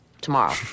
Tomorrow